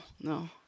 no